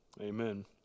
amen